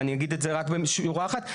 ואני אגיד את זה רק בשורה אחת,